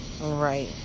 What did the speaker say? Right